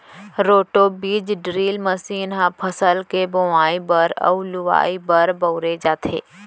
roto बीज drill machine ह फसल के बोवई बर अउ लुवाई बर बउरे जाथे